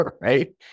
right